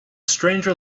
stranger